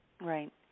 Right